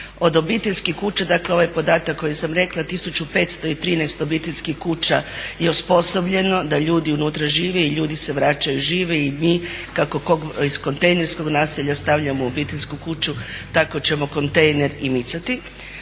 Od obiteljskih kuća, dakle ovaj podatak koji sam rekla 1513 obiteljskih kuća je osposobljeno da ljudi unutra žive i ljudi se vraćaju, žive i mi kako kog iz kontejnerskog naselja stavljamo u obiteljsku kuću tako ćemo kontejner i micati.